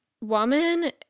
woman